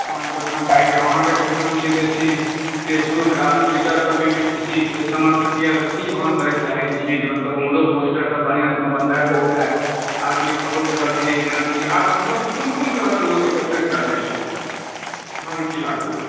हँ जुटना चाही अहाँकेँ तऽ की नाम छियै बेसी फेसबुक आ ट्विटरपर भी बेसी समर्थन यए तऽ की अहाँ करैले चाहैत छियै जे मतलब ओम्हरो पोस्टरसभ बढ़िआँ जँका बनबा देल जाय आब ई बहुत तरहके जेना कि आर मतलब कोन कोन तरहसँ लोक एकत्रित करबै लोक अहाँके की लागैए